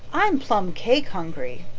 i'm plum cake hungry.